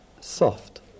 soft